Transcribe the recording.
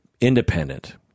independent